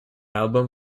album